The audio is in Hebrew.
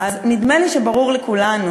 אז נדמה לי שברור לכולנו,